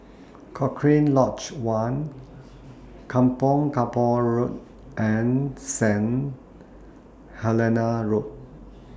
Cochrane Lodge one Kampong Kapor Road and Saint Helena Road